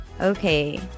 Okay